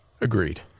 Agreed